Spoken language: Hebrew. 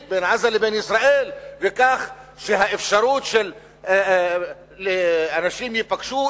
בין עזה לבין ישראל כך שהאפשרות שאנשים ייפגשו,